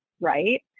right